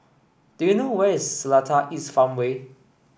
do you know where is Seletar East Farmway